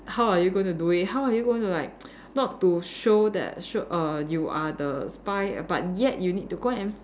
how are you going to do it how are you going to like not to show that show err you are the spy but yet you need to go and